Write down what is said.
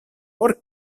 por